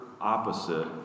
opposite